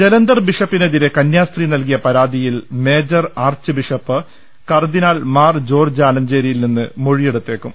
ജലന്ധർ ബിഷപ്പിനെതിരെ കന്യാസ്ത്രീ നൽകിയ പരാതിയിൽ major archbishop cardinal Mar George ആലഞ്ചേരിയിൽ നിന്ന് മൊഴി യെടുത്തേക്കും